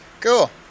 Cool